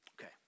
Okay